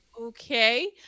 Okay